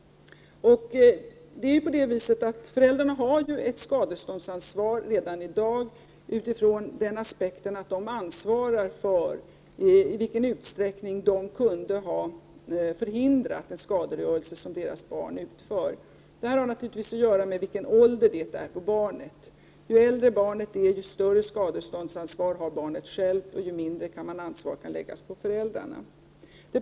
Föräldrarna har redan i dag ett skadeståndsansvar i det avseendet att de ansvarar för skadegörelse som deras barn utför i den utsträckning de kunnat förhindra den. Detta har naturligtvis att göra med vilken ålder barnet har. Ju äldre barnet är, desto större skadeståndsansvar har barnet självt, och ju mindre ansvar kan läggas på föräldrarna.